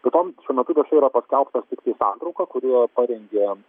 be to šiuo metu viešai yra paskelbtas tiktai santrauka kuri parengė